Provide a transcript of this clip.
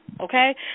okay